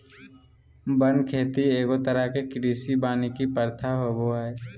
वन खेती एगो तरह के कृषि वानिकी प्रथा होबो हइ